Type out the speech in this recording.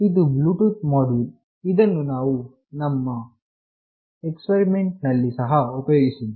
ಇದು bluetooth module ಇದನ್ನು ನಾವು ನಮ್ಮ ಎಕ್ಸ್ಪರಿಮೆಂಟ್ ನಲ್ಲಿ ಸಹ ಉಪಯೋಗಿಸಿದ್ದೇವೆ